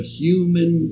human